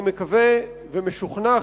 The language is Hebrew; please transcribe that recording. אני מקווה ומשוכנע,